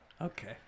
okay